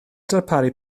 darparu